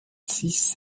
six